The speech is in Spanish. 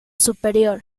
superior